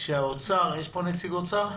הבנתי שמשרד האוצר יש פה נציג אוצר?